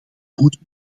goed